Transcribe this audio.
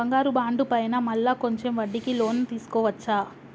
బంగారు బాండు పైన మళ్ళా కొంచెం వడ్డీకి లోన్ తీసుకోవచ్చా?